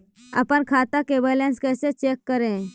अपन खाता के बैलेंस कैसे चेक करे?